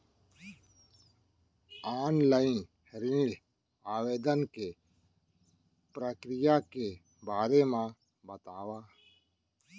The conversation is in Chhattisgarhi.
ऑनलाइन ऋण आवेदन के प्रक्रिया के बारे म बतावव?